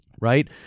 Right